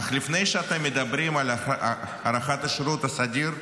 אך לפני שאתם מדברים על הארכת השירות הסדיר,